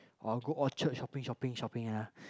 or go Orchard shopping shopping shopping ah